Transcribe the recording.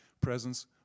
presence